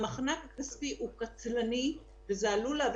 המחנק הכספי הוא קטלני וזה עלול להביא